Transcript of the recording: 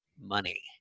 money